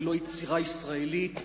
ללא יצירה ישראלית,